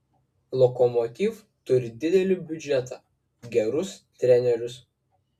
lokomotiv turi didelį biudžetą gerus trenerius